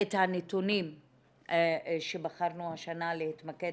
את הנתונים שבחרנו השנה להתמקד,